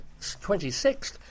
26th